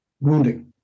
wounding